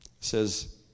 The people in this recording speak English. says